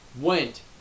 went